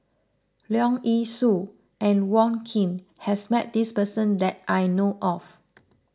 Leong Yee Soo and Wong Keen has met this person that I know of